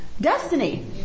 destiny